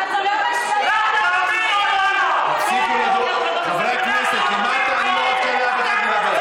לא תשפילו אותנו, אתם זורעים מוות.